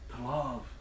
love